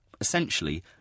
essentially